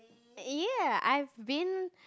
ya I've been